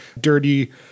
dirty